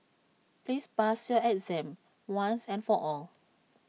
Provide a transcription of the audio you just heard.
please pass your exam once and for all